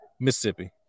Mississippi